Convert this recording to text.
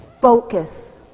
focus